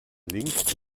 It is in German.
link